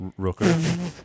Rooker